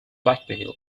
blackmail